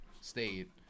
state –